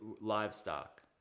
livestock